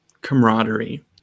camaraderie